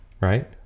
right